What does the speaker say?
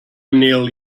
neil